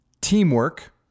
Teamwork